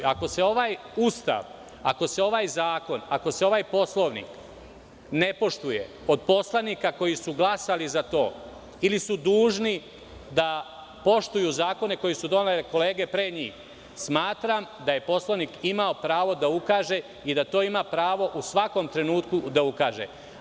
Ako se ovaj Ustav, ako se ovaj zakon, ako se ovaj Poslovnik ne poštuje od poslanika koji su glasali za to, ili su dužni da poštuju zakone koje su donele kolege pred njih, smatram da je poslanik imao pravo da ukaže i da to ima pravo u svakom trenutku da ukaže.